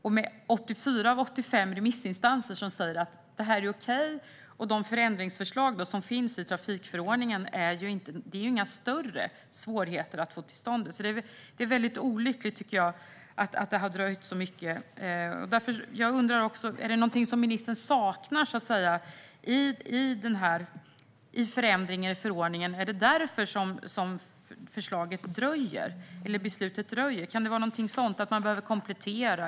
Och 84 av 85 remissinstanser säger att detta är okej. De förändringsförslag som finns i fråga om trafikförordningen är det inga större svårigheter att få till stånd. Därför är det väldigt olyckligt, tycker jag, att det har dröjt så länge. Är det någonting som ministern saknar när det gäller förändringen i förordningen? Är det därför som beslutet dröjer? Kan det vara någonting sådant? Behöver man komplettera?